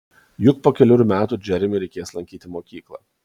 juk po kelerių metų džeremiui reikės lankyti mokyklą